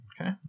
Okay